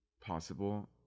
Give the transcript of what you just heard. possible